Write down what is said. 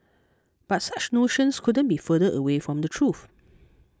but such notions couldn't be further away from the truth